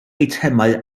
eitemau